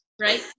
right